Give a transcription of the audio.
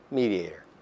mediator